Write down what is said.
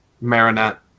Marinette